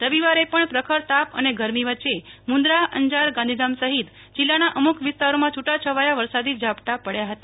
રવિવારે પણ પ્રખર તાપ અને ગરમી વચ્ચે મુન્દ્રા અંજાર ગાંધીધામ સહિત જિલ્લાના અમુક વિસ્તારોમાં છૂટાછવાયા વરસાદી ઝાપટાં પડ્યા હતા